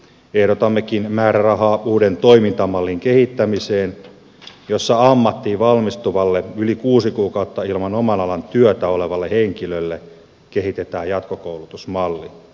ehdotammekin määrärahaa sellaisen uuden toimintamallin kehittämiseen jossa ammattiin valmistuvalle yli kuusi kuukautta ilman oman alan työtä olevalle henkilölle kehitetään jatkokoulutusmalli